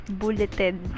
bulleted